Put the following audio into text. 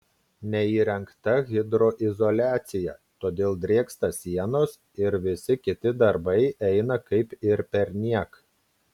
neįrengta hidroizoliacija todėl drėksta sienos ir visi kiti darbai eina kaip ir perniek